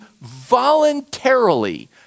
voluntarily